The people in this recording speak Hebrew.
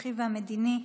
האזרחי והמדיני,